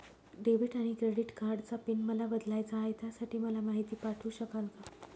Debit आणि credit कार्डचा PIN मला बदलायचा आहे, त्यासाठी मला माहिती पाठवू शकाल का?